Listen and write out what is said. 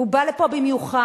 הוא בא לפה במיוחד,